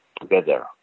together